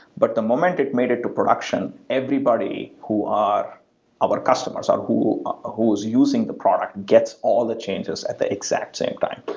but the moment it made it to production, everybody who are our customers ah or who's using the product gets all the changes at the exact same time.